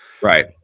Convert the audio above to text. right